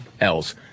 else